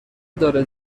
داره